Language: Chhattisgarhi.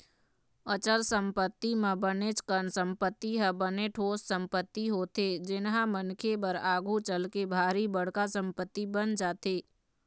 अचल संपत्ति म बनेच कन संपत्ति ह बने ठोस संपत्ति होथे जेनहा मनखे बर आघु चलके भारी बड़का संपत्ति बन जाथे